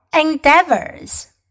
endeavors